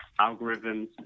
Algorithms